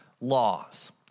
laws